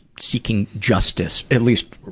seeking justice, at least,